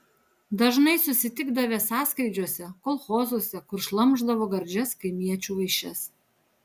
dažnai susitikdavę sąskrydžiuose kolchozuose kur šlamšdavo gardžias kaimiečių vaišes